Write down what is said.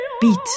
beat